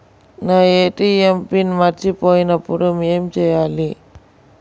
నా ATM pin మర్చిపోయినప్పుడు ఏమి చేయాలి?